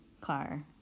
car